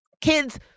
kids